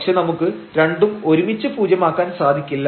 പക്ഷേ നമുക്ക് രണ്ടും ഒരുമിച്ചു പൂജ്യമാക്കാൻ സാധിക്കില്ല